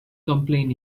complain